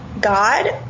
God